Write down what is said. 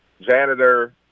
janitor